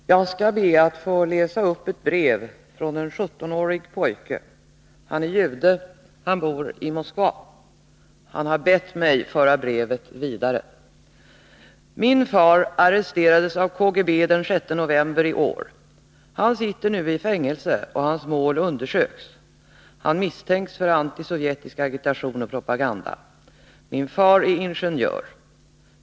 Herr talman! Jag skall be att få läsa upp ett brev från en sjuttonårig pojke. Han är jude. Han bor i Moskva. Han har bett mig föra brevet vidare. Brevet lyder i översättning: Min far arresterades av KGB den 6 november i år. Han sitter nu i fängelse och hans mål undersöks. Han misstänks för antisovjetisk agitation och propaganda. Min far är ingenjör.